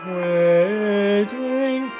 waiting